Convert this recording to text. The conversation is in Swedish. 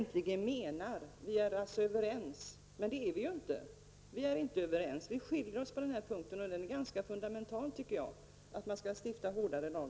Han säger också ''vi är alltså överens'', men det är vi ju inte. Vi skiljer oss åt i frågan om att stifta hårdare lagar, och det är en punkt som är ganska fundamental, tycker jag.